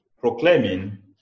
proclaiming